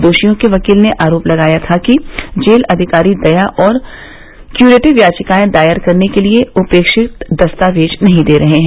दोषियों के वकील ने आरोप लगाया था कि जेल अधिकारी दया और क्यूरेटिव याचिकाएं दायर करने के लिए अपेक्षित दस्तावेज नहीं दे रहे हैं